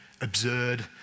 absurd